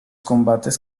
combates